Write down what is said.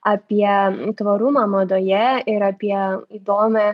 apie tvarumą madoje ir apie įdomią